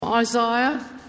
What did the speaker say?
Isaiah